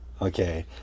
Okay